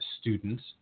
students